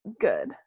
good